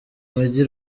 mujyi